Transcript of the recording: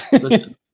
Listen